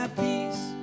peace